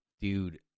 dude